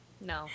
No